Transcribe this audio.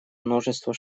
множества